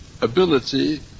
ability